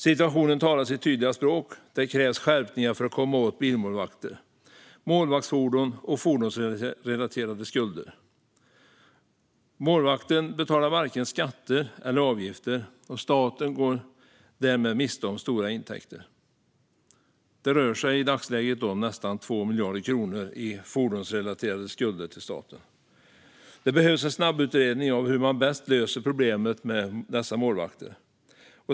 Situationen talar sitt tydliga språk: Det krävs skärpningar för att komma åt bilmålvakter, målvaktsfordon och fordonsrelaterade skulder. Målvakten betalar varken skatter eller avgifter, och staten går därmed miste om stora intäkter. Det rör sig i dagsläget om nästan 2 miljarder kronor i fordonsrelaterade skulder till staten. Det behövs en snabbutredning av hur man bäst löser problemet med dessa målvakter.